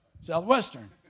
Southwestern